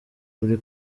buri